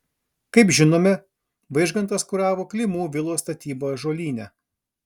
kaip žinome vaižgantas kuravo klimų vilos statybą ąžuolyne